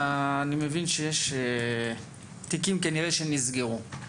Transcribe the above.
אני מבין שיש תיקים שכנראה נסגרו.